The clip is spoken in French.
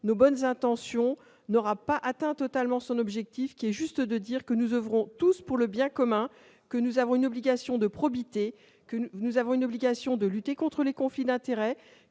nos bonnes intentions, n'aura pas atteint totalement son objectif, c'est-à-dire faire savoir que nous oeuvrons tous pour le bien commun, que nous avons une obligation de probité, que nous sommes tenus de lutter contre les conflits d'intérêts,